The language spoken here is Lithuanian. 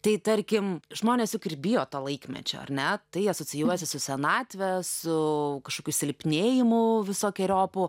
tai tarkim žmonės juk ir bijo to laikmečio ar ne tai asocijuojasi su senatve su kažkokiu silpnėjimu visokeriopu